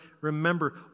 remember